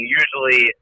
usually